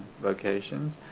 vocations